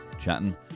chatting